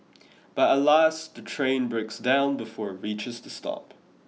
but alas the train breaks down before it reaches the stop